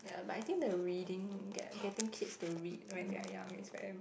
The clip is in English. ya but I think the reading getting kids to read when they are young is very